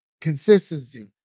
Consistency